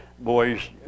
Boys